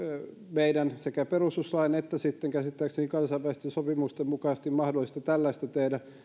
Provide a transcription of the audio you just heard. sekä perustuslain että sitten käsittääkseni kansainvälisten sopimusten mukaisesti mahdollista tällaista tehdä